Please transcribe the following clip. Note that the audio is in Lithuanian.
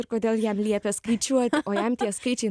ir kodėl jam liepė skaičiuot o jam tie skaičiai